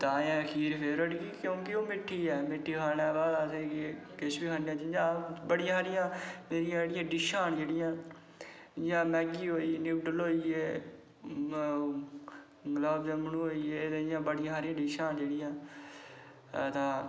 तां गै खीर जेह्ड़ी की क्योंकि ओह् मिट्ठी ऐ ते मिट्ठी खानै दे बाद असेंगी किश बी खन्ने ते बड़ियां सारियां डिशां जेह्ड़ियां मैहगियां जियां नूडल्स होई गे गुलाब जामुन होई गे बड़ियां सारियां डिशां न जेह्ड़ियां तां